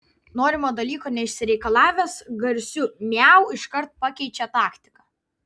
norimo dalyko neišsireikalavęs garsiu miau iškart pakeičia taktiką